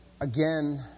again